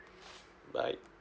bye